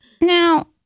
Now